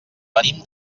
venim